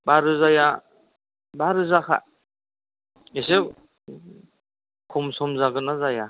बा रोजाया बा रोजाखा एसे खम सम जागोनना जाया